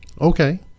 Okay